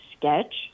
Sketch